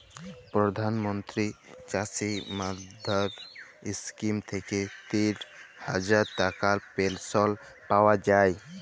পরধাল মলত্রি চাষী মাল্ধাল ইস্কিম থ্যাইকে তিল হাজার টাকার পেলশল পাউয়া যায়